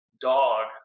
dog